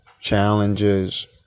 challenges